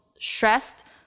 stressed